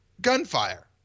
gunfire